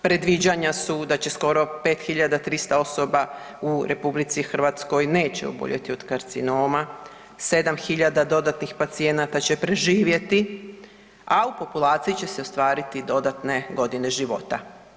Predviđanja su da će skoro 5.300 osoba u RH neće oboljeti od karcinoma, 7.000 dodatnih pacijenata će preživjeti, a u populaciji će se ostvariti dodatne godine života.